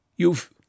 You've